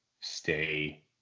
stay